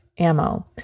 ammo